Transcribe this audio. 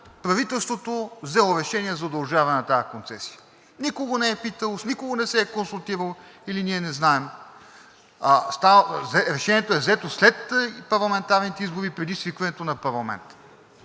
правителството взело решение за удължаване на тази концесия. Никого не е питало, с никого не се консултирало или ние не знаем. Решението е взето след парламентарните избори преди свикването на парламент.